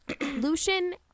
Lucian